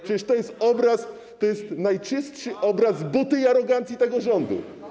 Przecież to jest obraz, to jest najczystszy obraz buty i arogancji tego rządu.